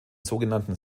sogenannten